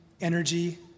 energy